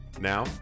Now